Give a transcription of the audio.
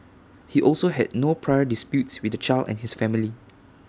he also had no prior disputes with the child and his family